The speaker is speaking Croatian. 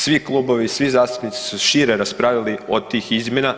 Svi klubovi, svi zastupnici su šire raspravljali od tih izmjena.